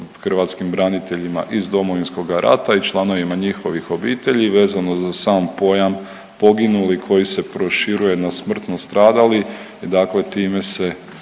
Hvala.